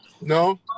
No